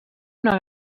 una